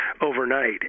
overnight